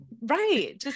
right